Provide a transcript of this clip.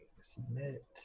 Submit